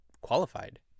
qualified